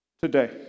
today